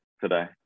today